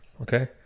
okay